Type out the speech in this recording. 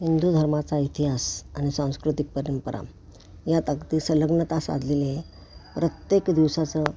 हिंदू धर्माचा इतिहास आणि सांस्कृतिक परंपरा या ताकदी संलग्नता साधलेले प्रत्येक दिवसाचं